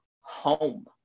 home